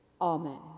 Amen